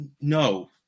no